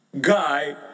guy